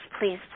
please